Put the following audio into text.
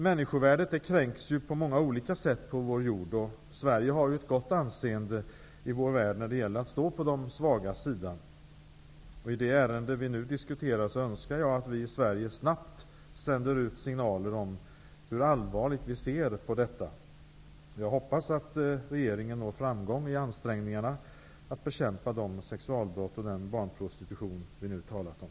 Människovärdet kränks på många olika sätt på vår jord, och Sverige har ett gott anseende när det gäller att stå på de svagas sida. I det aktuella ärendet önskar jag att vi i Sverige snabbt sänder ut signaler om hur allvarligt vi ser på detta. Jag hoppas att regeringen når framgång i ansträngningarna att bekämpa de sexuella brott och den barnprostitution vi nu talat om.